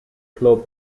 club